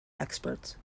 experts